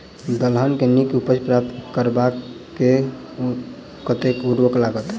दलहन केँ नीक उपज प्राप्त करबाक लेल कतेक उर्वरक लागत?